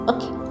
Okay